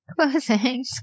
Closing